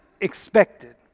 expected